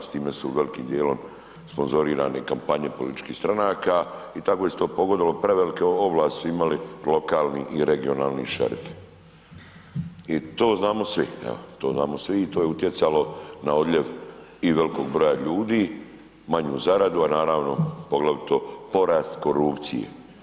S time su velikim dijelom sponzorirane i kampanje političkih stranaka i tako se to pogodovalo, prevelike ovlasti su imali lokalni i regionalni šerifi i to znamo svi, to znamo svi i to je utjecalo na odljev i velikog broja ljudi, manju zaradu, a naravno poglavito porast korupcije.